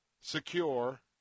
secure